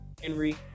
Henry